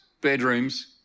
bedrooms